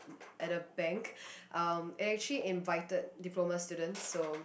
at a bank um it actually invited diploma students so